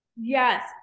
yes